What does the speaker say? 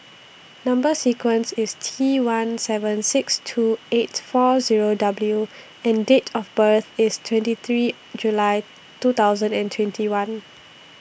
Number sequence IS T one seven six two eight four Zero W and Date of birth IS twenty three July two thousand and twenty one